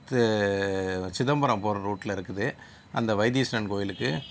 சிதம்பரம் போகிற ரூட்டில் இருக்குது அந்த வைத்தீஸ்வரன் கோவிலுக்கு